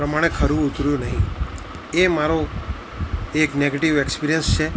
પ્રમાણે ખરું ઉતર્યું નહીં એ મારો એક નેગેટિવ એક્સપિરિયન્સ છે